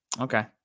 Okay